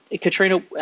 Katrina